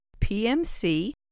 PMC